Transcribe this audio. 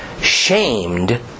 Shamed